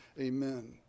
Amen